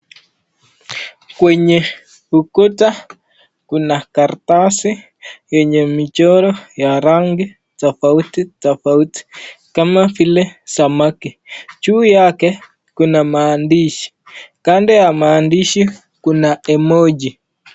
Kwenye ukuta kuna karatasi yenye michoro, ya rangi tofauti tofauti, kama vile samaki, juu yake kuna maandishi, kando ya maandishi kuna emoji] .